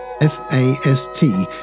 f-a-s-t